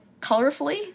colorfully